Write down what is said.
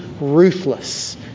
ruthless